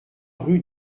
rue